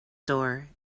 door